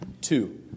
two